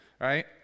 right